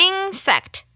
Insect